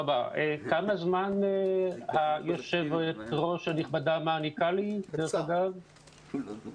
תודה רבה על השיר היפה שפתחת בו, לגבי הפוליטי.